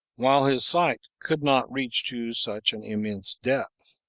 while his sight could not reach to such an immense depth.